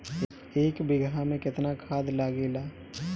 एक बिगहा में केतना खाद लागेला?